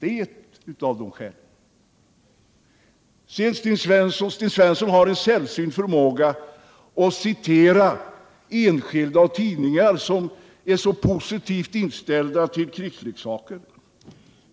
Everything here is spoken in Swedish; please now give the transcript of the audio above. Sten Svensson har en sällsynt förmåga att citera enskilda och tidningar som är positivt inställda till krigsleksaker.